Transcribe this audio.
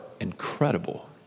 incredible